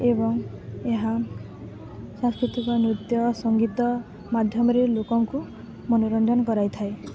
ଏବଂ ଏହା ସାଂସ୍କୃତିକ ନୃତ୍ୟ ସଙ୍ଗୀତ ମାଧ୍ୟମରେ ଲୋକଙ୍କୁ ମନୋରଞ୍ଜନ କରାଇଥାଏ